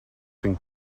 cinc